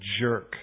jerk